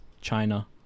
China